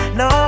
no